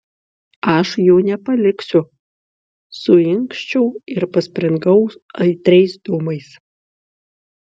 aš jų nepaliksiu suinkščiau ir paspringau aitriais dūmais